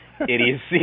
idiocy